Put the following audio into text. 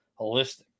holistic